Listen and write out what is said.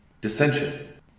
Dissension